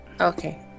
Okay